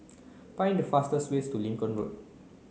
find the fastest way to Lincoln Road